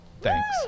Thanks